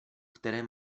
které